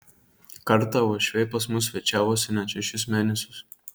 kartą uošviai pas mus svečiavosi net šešis mėnesius